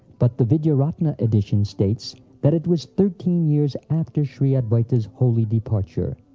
but the vidyaratna edition states that it was thirteen years after shri adwaita's holy departure.